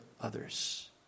others